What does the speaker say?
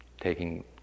taking